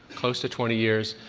close to twenty years,